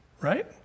right